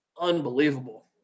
unbelievable